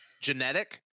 genetic